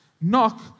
knock